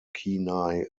kenai